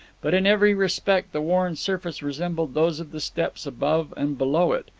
but in every respect the worn surface resembled those of the steps above and below it,